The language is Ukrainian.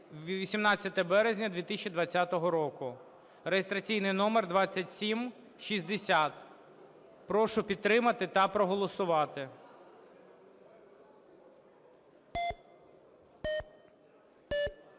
(18 березня 2020 року) (реєстраційний номер 2760). Прошу підтримати та проголосувати.